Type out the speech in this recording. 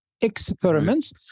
experiments